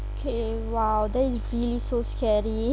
okay !wow! that is really so scary